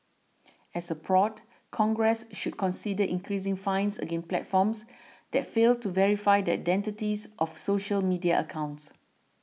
as a prod Congress should consider increasing fines against platforms that fail to verify the identities of social media accounts